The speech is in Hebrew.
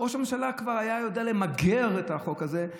ראש הממשלה כבר היה יודע למגר את האומיקרון